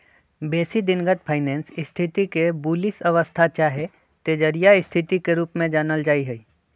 बेशी दिनगत फाइनेंस स्थिति के बुलिश अवस्था चाहे तेजड़िया स्थिति के रूप में जानल जाइ छइ